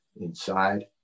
inside